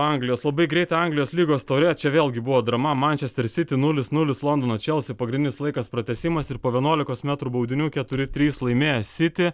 anglijos labai greitai anglijos lygos taure čia vėlgi buvo drama mančesteris siti nulis nulis londono čelsi pagrindinis laikas pratęsimas ir po vienuolikos metrų baudinių keturi trys laimėjo siti